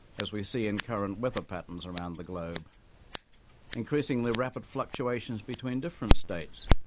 as we see in current weather patterns around the globe increasingly rapid fluctuations between different states,